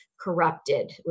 Corrupted